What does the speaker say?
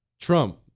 Trump